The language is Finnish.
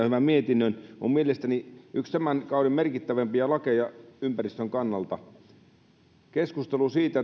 hyvän mietinnön on mielestäni yksi tämän kauden merkittävimpiä lakeja ympäristön kannalta keskustelu siitä